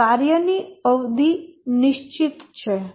કાર્યની અવધિ નિશ્ચિત છે